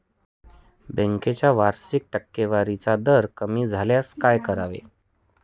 बँकेचा वार्षिक टक्केवारीचा दर कमी झाल्यास काय करावे?